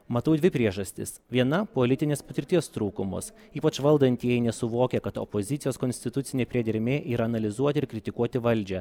matau dvi priežastis viena politinės patirties trūkumas ypač valdantieji nesuvokia kad opozicijos konstitucinė priedermė yra analizuoti ir kritikuoti valdžią